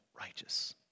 righteous